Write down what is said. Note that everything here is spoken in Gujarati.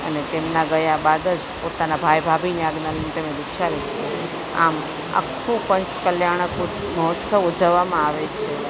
અને તેમાં ગયા બાદ જ પોતાના ભાઈ ભાભીની આજ્ઞા લઈને તેમણે દીક્ષા લીધી હતી આમ આખું પંચ કલ્યાણક ઉત્સ મહોત્સવ ઉજવવામાં આવે છે